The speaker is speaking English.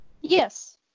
Yes